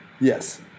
yes